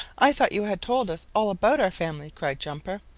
i thought you had told us all about our family, cried jumper,